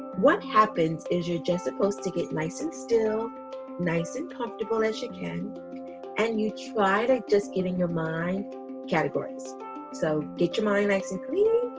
what happens is you're just supposed to get nice and still nice and comfortable as you can and you try like just giving your mind categories so get your mind nice and clean,